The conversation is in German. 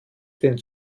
den